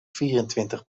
vierentwintig